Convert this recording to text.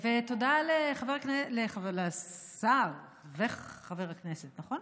אז זה, ותודה לשר וחבר הכנסת, נכון?